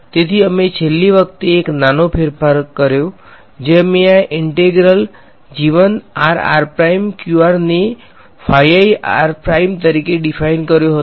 તેથી અમે છેલ્લી વખતે એક નાનો ફેરફાર જે અમે આ ઈંટેગ્રલ ને તરીકે ડીફાઈંન કર્યો હતો